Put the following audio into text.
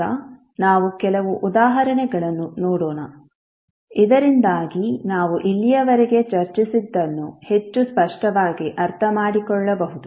ಈಗ ನಾವು ಕೆಲವು ಉದಾಹರಣೆಗಳನ್ನು ನೋಡೋಣ ಇದರಿಂದಾಗಿ ನಾವು ಇಲ್ಲಿಯವರೆಗೆ ಚರ್ಚಿಸಿದ್ದನ್ನು ಹೆಚ್ಚು ಸ್ಪಷ್ಟವಾಗಿ ಅರ್ಥಮಾಡಿಕೊಳ್ಳಬಹುದು